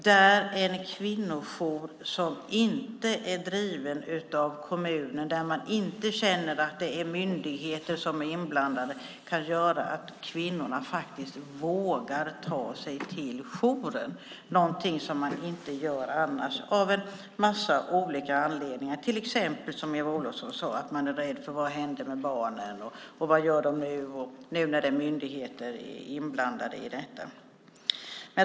När en kvinnojour inte drivs av kommunen behöver kvinnorna inte känna att myndigheter är inblandade. Det kan göra att kvinnorna faktiskt vågar ta sig till jouren. Det är någonting som de annars inte gör av en massa olika anledningar, till exempel, som Eva Olofsson sade, att de är rädda för vad som händer med barnen när myndigheter är inblandade. Herr talman!